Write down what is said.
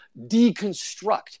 deconstruct